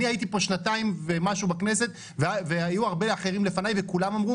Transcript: אני הייתי פה שנתיים ומשהו בכנסת והיו הרבה אחרים לפניי וכולם אמרו